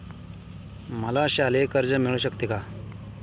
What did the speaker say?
मला शालेय कर्ज मिळू शकते का?